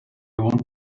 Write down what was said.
want